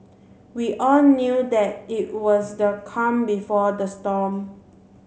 we all knew that it was the calm before the storm